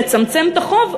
לצמצם את החוב,